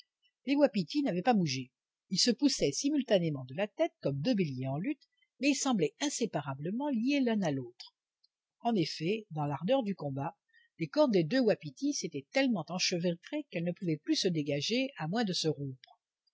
les wapitis n'avaient pas bougé ils se poussaient simultanément de la tête comme deux béliers en lutte mais ils semblaient inséparablement liés l'un à l'autre en effet dans l'ardeur du combat les cornes des deux wapitis s'étaient tellement enchevêtrées qu'elles ne pouvaient plus se dégager à moins de se rompre